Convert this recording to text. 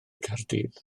caerdydd